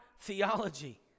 theology